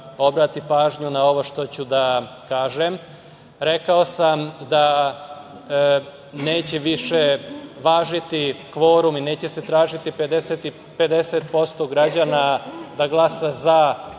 obrati pažnju na ovo što ću da kažem. Rekao sam da neće više važiti kvorum i neće se tražiti 50% građana da glasa za